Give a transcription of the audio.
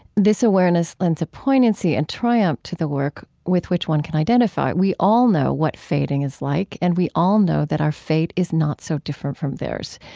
this awareness lends a poignancy and triumph to the work with which one can identify. we all know what fading is like, and we all know that our fate is not so different from theirs.